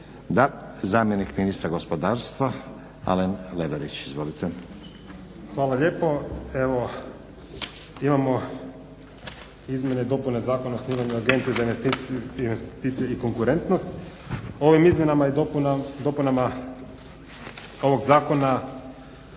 Da, zamjenik ministra gospodarstva Alen Leverić. Izvolite. **Leverić, Alen** Hvala lijepo. Evo, imamo Izmjene i dopune Zakona osnivanju agencije za investiciju i konkurentnost. Ovim izmjenama i dopunama ovoga Zakona